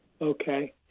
Okay